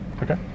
Okay